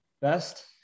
best